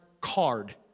card